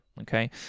okay